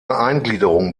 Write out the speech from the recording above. eingliederung